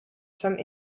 some